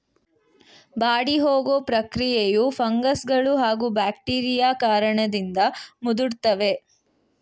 ಬಾಡಿಹೋಗೊ ಪ್ರಕ್ರಿಯೆಯು ಫಂಗಸ್ಗಳೂ ಹಾಗೂ ಬ್ಯಾಕ್ಟೀರಿಯಾ ಕಾರಣದಿಂದ ಮುದುಡ್ತವೆ